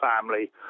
family